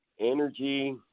energy